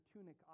tunic